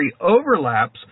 overlaps